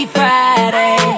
Friday